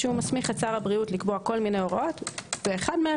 שמסמיך את שר הבריאות לקבוע כל מיני הוראות ואחד מהם